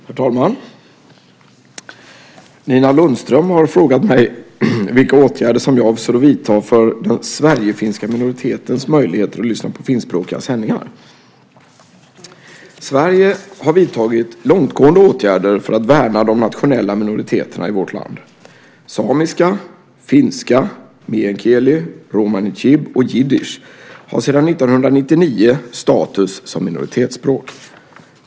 Herr talman! Nina Lundström har frågat mig vilka åtgärder jag avser att vidta för den sverigefinska minoritetens möjligheter att lyssna på finskspråkiga sändningar. Sverige har vidtagit långtgående åtgärder för att värna de nationella minoriteterna i vårt land. Samiska, finska, meänkieli, romani chib och jiddisch har sedan 1999 status som minoritetsspråk.